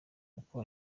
uko